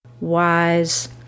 wise